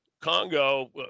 Congo